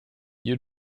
you